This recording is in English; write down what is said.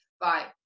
bye